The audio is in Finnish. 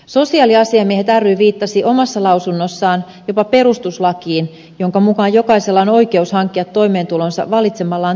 viittasi omassa lausunnossaan jopa perustuslakiin jonka mukaan jokaisella on oikeus hankkia toimeentulonsa valitsemallaan työllä